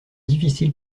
difficile